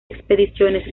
expediciones